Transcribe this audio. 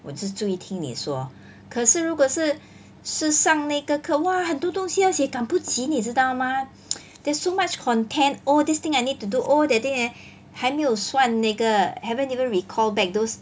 我只是注意听你说可是如果是是上那个课 !wah! 很多东西要写赶不及你知道吗 there's so much content all this thing I need to do oh that thing 还没有算那个 haven't even recall back those